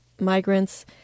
migrants